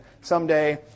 someday